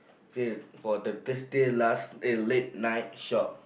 say for the Thursday last eh late night shop